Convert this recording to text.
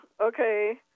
okay